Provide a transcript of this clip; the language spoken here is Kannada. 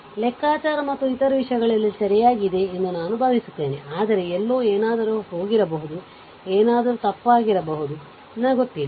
ಲೆಕ್ಕಾಚಾರ ಮತ್ತು ಇತರ ವಿಷಯಗಳಲ್ಲಿ ಸರಿಯಾಗಿದೆ ಎಂದು ನಾನು ಭಾವಿಸುತ್ತೇನೆ ಆದರೆ ಎಲ್ಲೋ ಏನಾದರೂ ಹೋಗಿರಬಹುದು ಏನಾದರೂ ತಪ್ಪಾಗಿರಬಹುದು ನನಗೆ ಗೊತ್ತಿಲ್ಲ